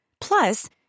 Plus